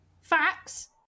Facts